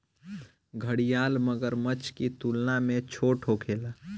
घड़ियाल मगरमच्छ की तुलना में छोट होखेले